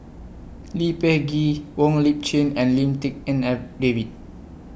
Lee Peh Gee Wong Lip Chin and Lim Tik En David